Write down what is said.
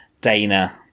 Dana